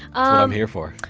i'm here for.